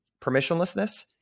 permissionlessness